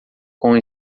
com